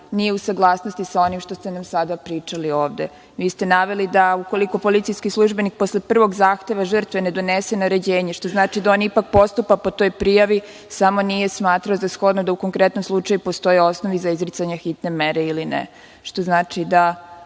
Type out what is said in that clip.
nije u saglasnosti sa onim što ste nam pričali sada ovde. Vi ste naveli da ukoliko policijski službenik posle prvog zahteva žrtve ne donese naređenje, što znači da on ipak postupa po toj prijavi, samo nije smatrao za shodno da u konkretnom slučaju postoje osnovi za izricanje hitne mere ili ne.